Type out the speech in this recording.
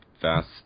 Fast